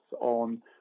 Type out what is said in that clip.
on